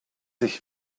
ich